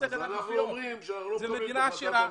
אני אצביע נגד התקציב.